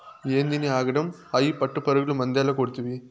ఏందినీ ఆగడం, అయ్యి పట్టుపురుగులు మందేల కొడ్తివి